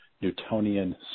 Newtonian